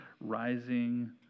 rising